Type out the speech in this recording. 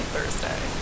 Thursday